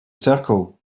circle